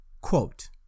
Quote